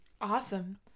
awesome